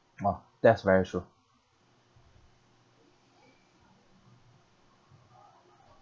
!wah! that's very true